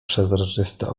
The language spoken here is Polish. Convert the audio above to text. przezroczyste